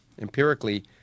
empirically